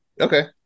Okay